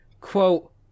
quote